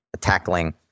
tackling